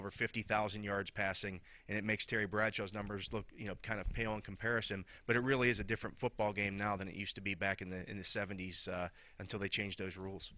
over fifty thousand yards passing and it makes terry bradshaw numbers look you know kind of pale in comparison but it really is a different football game now than it used to be back in the seventy's until they change those rules